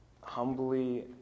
humbly